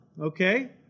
okay